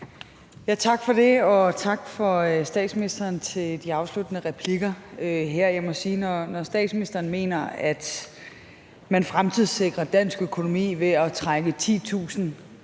Tak for det. Og tak til statsministeren for de afsluttende replikker her. Jeg må sige, at når statsministeren mener, at man fremtidssikrer dansk økonomi ved at trække 10.000